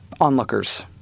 onlookers